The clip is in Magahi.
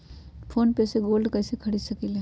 फ़ोन पे से गोल्ड कईसे खरीद सकीले?